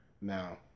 Now